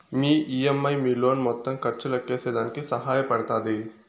మీ EMI మీ loan మొత్తం ఖర్చు లెక్కేసేదానికి సహాయ పడతాది